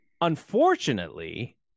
unfortunately